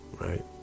right